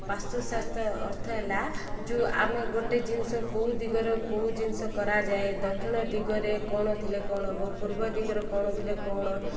ବାସ୍ତୁଶାସ୍ତ୍ର ଅର୍ଥ ହେଲା ଯେଉଁ ଆମେ ଗୋଟେ ଜିନିଷ କେଉଁ ଦିଗରେ କେଉଁ ଜିନିଷ କରାଯାଏ ଦକ୍ଷିଣ ଦିଗରେ କଣ ଥିଲେ କଣ ହବ ପୂର୍ବ ଦିଗରେ କ'ଣ ଥିଲେ କଣ